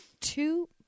Two